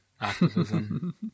activism